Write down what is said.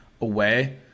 away